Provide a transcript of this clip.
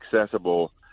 accessible